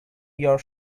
your